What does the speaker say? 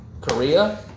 Korea